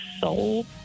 Soul